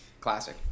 Classic